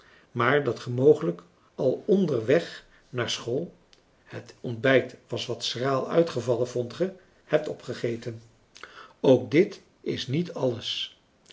maar dat ge mogelijk al onder weg naar school het ontbijt was wat schraal uitgevallen vondt ge hebt opgegeten ook dit is niet alles